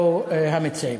ולא המציעים.